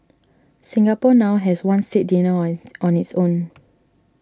Singapore now has one state dinner on on its own